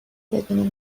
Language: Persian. بدون